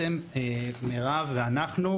מירב ואנחנו,